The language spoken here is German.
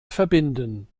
verbinden